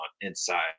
inside